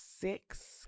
six